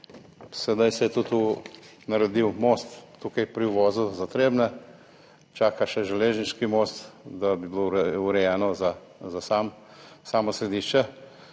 Sedaj se je tudi naredil most tukaj pri uvozu za Trebnje. Čaka še železniški most, da bi bilo urejeno za samo središče.